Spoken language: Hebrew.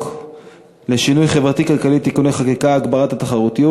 לשינוי חברתי-כלכלי (תיקוני חקיקה) (הגברת התחרות),